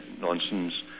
nonsense